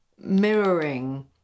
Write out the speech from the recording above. mirroring